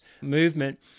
movement